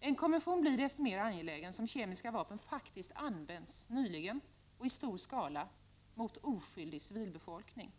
En konvention blir desto mer angelägen som kemiska vapen faktiskt använts nyligen och i stor skala mot oskyldig civilbefolkning.